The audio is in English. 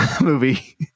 movie